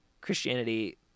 Christianity